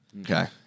Okay